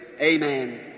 Amen